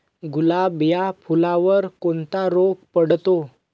गुलाब या फुलावर कोणता रोग पडतो?